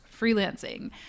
freelancing